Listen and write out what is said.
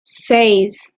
seis